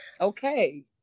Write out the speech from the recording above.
Okay